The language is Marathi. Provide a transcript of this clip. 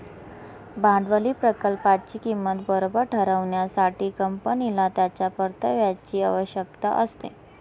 भांडवली प्रकल्पाची किंमत बरोबर ठरविण्यासाठी, कंपनीला त्याच्या परताव्याची आवश्यकता असते